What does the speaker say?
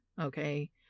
Okay